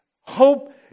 hope